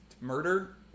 murder